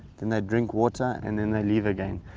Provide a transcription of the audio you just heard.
then they drink water and then they leave again.